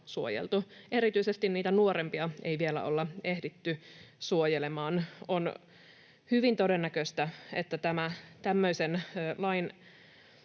Erityisesti niitä nuorempia ei vielä olla ehditty suojelemaan. On hyvin todennäköistä, että tämmöisen lain